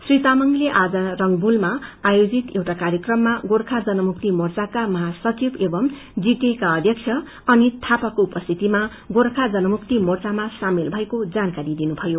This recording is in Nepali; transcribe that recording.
श्री तामाङले आज रंग्वूलमा आयोजित एउटा कार्यक्रममा गोर्खा जनमुक्ति मोर्चाका महासचिव एंव जीटीए का अध्यक्ष अनित थापाको उपस्थितिमा गोर्खा जनमुक्ति मोर्चामा शामेल भएको जानकारी दिनुभयो